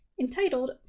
entitled